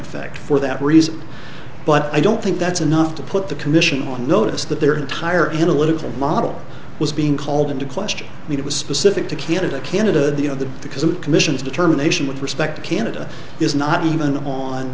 effect for that reason but i don't think that's enough to put the commission on notice that their entire analytical model was being called into question and it was specific to canada canada the you know the because of commissions determination with respect to canada is not even on